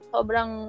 Sobrang